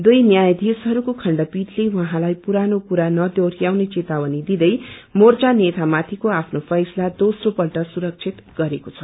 दुइ न्यायाधीशहस्को खण्डपीठले उहाँलाई पुरानो कुरा नदोहोरयाउने चेतावनी दिँदै मोर्चा नेतामाथि आफ्नौ फैसला दोहोपल्ट सुरक्षित गरेको छ